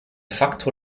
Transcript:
faktor